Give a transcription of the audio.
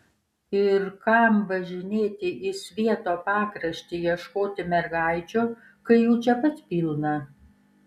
ir kam važinėti į svieto pakraštį ieškoti mergaičių kai jų čia pat pilna